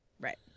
Right